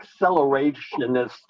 accelerationist